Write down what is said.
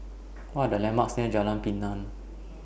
What Are The landmarks near Jalan Pinang